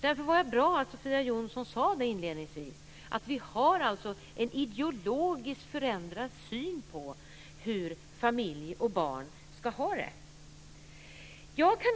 Därför var det bra att Sofia Jonsson inledningsvis sade att vi har en ideologiskt förändrad syn på hur familj och barn ska ha det.